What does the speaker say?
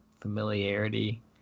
familiarity